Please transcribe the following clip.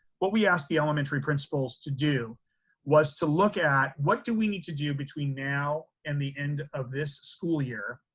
what we asked the elementary principals to do was to look at what do we need to do between now and the end of this school year?